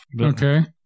Okay